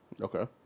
Okay